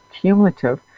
cumulative